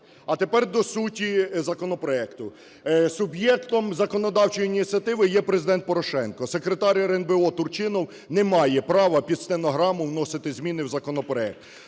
А тепер до суті законопроекту. Суб'єктом законодавчої ініціативи є Президент Порошенко. Секретар РНБО Турчинов не має права під стенограму вносити зміни в законопроект.